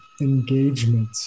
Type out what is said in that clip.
engagement